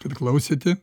ir klausyti